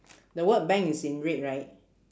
the word bank is in red right